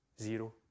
Zero